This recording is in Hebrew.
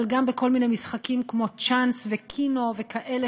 אבל גם בכל מיני משחקים כמו "צ'אנס" ו-Keno וכאלה